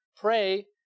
pray